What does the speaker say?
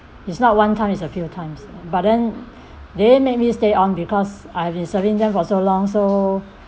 it's not one time it's a few times but then they make me stay on because I have been serving them for so long so